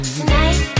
Tonight